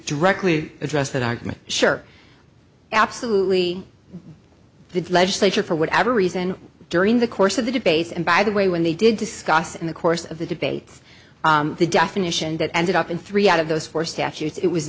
directly address that argument sure absolutely the legislature for whatever reason during the course of the debates and by the way when they did discuss in the course of the debate the definition that ended up in three out of those four statutes it was